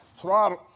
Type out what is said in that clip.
throttle